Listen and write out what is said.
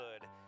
good